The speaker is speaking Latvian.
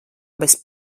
bez